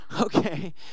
okay